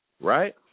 right